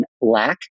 lack